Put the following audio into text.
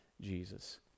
Jesus